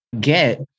get